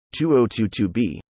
2022b